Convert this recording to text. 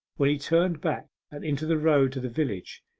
when he turned back and into the road to the village.